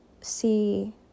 see